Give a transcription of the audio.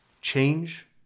Change